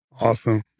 Awesome